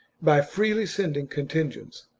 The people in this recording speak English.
by freely sending contingents,